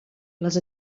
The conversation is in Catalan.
les